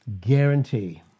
Guarantee